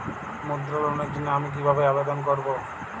মুদ্রা লোনের জন্য আমি কিভাবে আবেদন করবো?